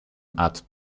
arzt